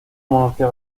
monarquía